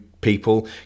people